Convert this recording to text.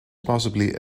possibly